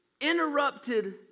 interrupted